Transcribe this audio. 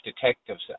detectives